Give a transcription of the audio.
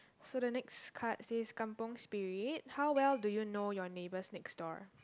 so the next card says kampung Spirit how well do you know your neighbours next door